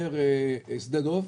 משבר שדה דב.